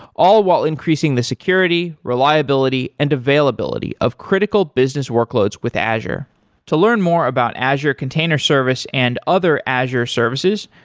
all while increasing the security, reliability and availability of critical business workloads with azure to learn more about azure container service and other azure services,